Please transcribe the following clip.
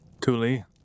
Tuli